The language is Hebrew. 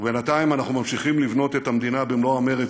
ובינתיים אנחנו ממשיכים לבנות את המדינה במלוא המרץ,